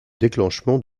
déclenchement